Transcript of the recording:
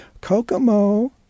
Kokomo